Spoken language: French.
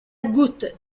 goutte